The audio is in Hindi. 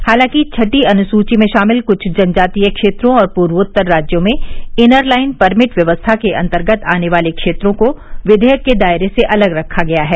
हांलांकि छठी अनुसूची में शामिल कुछ जनजातीय क्षेत्रों और पूर्वोत्तर राज्यों में इनर लाइन परमिट व्यवस्था के अंतर्गत आने वाले क्षेत्रों को विघेयक के दायरे से अलग रखा गया है